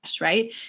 right